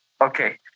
okay